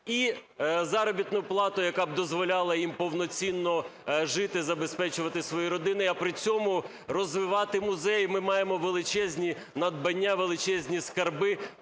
і заробітну плату, яка б дозволяла їм повноцінно жити, забезпечувати свої родини, а при цьому розвивати музей. Ми маємо величезні надбання, величезні скарби,